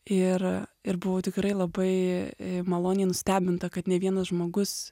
ir ir buvau tikrai labai maloniai nustebinta kad ne vienas žmogus